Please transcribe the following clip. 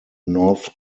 north